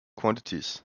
quantities